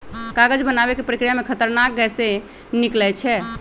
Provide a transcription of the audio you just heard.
कागज बनाबे के प्रक्रिया में खतरनाक गैसें से निकलै छै